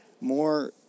more